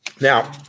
Now